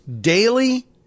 daily